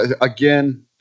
Again